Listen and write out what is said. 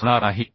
5 होणार नाही